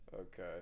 Okay